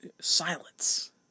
silence